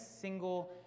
single